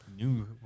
new